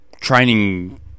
training